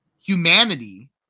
humanity